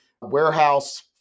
warehouse